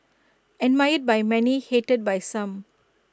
admired by many hated by some